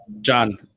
John